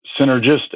synergistic